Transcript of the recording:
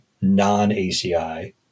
non-ACI